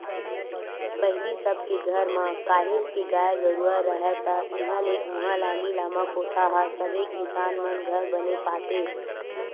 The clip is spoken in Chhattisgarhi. पहिली सब के घर म काहेच के गाय गरु राहय ता इहाँ ले उहाँ लामी लामा कोठा ह सबे किसान मन घर बने पातेस